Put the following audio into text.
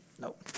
nope